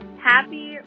happy